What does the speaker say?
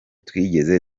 twigeze